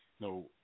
no